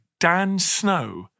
DANSNOW